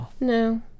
no